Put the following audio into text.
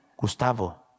Gustavo